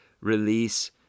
release